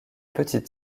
petite